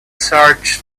searched